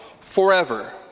forever